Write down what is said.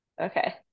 Okay